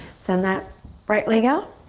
send that right leg out.